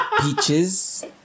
peaches